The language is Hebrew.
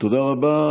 תודה רבה.